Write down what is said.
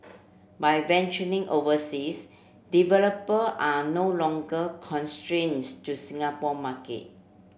by venturing overseas developer are no longer constrains to Singapore market